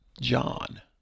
John